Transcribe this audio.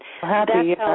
Happy